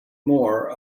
more